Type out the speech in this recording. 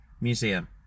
museum